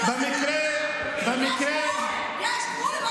יש גבול,